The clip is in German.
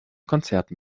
konzerten